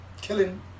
killing